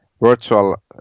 virtual